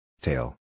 Tail